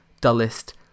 dullest